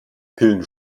pillen